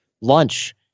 lunch